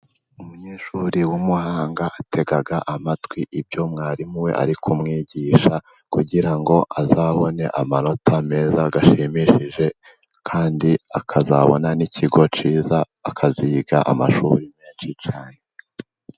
Umunyeshuri w'umuhanga, atega amatwi ibyo mwarimu we ari kumwigisha, kugira ngo azabone amanota meza ashimishije kandi akazabona ni ikigo cyiza, akaziga amashuri menshi cyane.